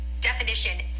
definition